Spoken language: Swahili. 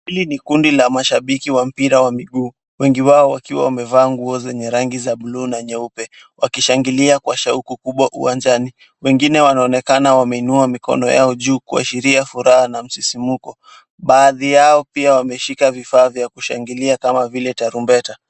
Hili ni kundi la mashabiki wa mpira wa mguu, wengi wao wakiwa wamevalia nguo zenye rangi ya buluu na nyeupe, wakishangilia kwa shauku kubwa uwanjani. Wengine wanaonekana wameinua mikono yao juu kuashiria furaha na msisimuko. Baadhi yao pia wameshika vifaa vya kushangilia kama vile tarumbeta.